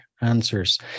answers